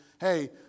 hey